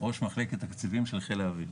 ראש מחלקת תקציבים של חיל האוויר.